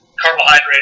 carbohydrate